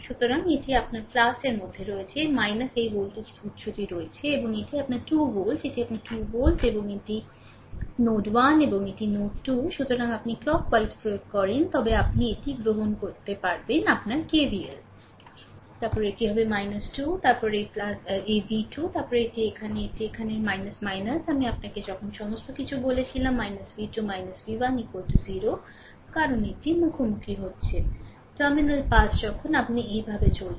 সুতরাং এটি আপনার এর মধ্যে রয়েছে এই ভোল্টেজ উত্সটি রয়েছে এবং এটি আপনার 2 ভোল্ট এটি আপনার 2 ভোল্ট এবং এটি নোড 1 এবং এটি নোড 2 সুতরাং আপনি clockwise প্রয়োগ করেন তবে আপনি এটি গ্রহণ করেন আপনার KVL তারপরে এটি হবে 2 তারপর এই v2 তারপরে এটি এখানে এটি এখানে আমি আপনাকে তখন সমস্ত কিছু বলেছিলাম v2 v1 0 কারণ এটি মুখোমুখি হচ্ছে টার্মিনাল পাস যখন আপনি এইভাবে চলছেন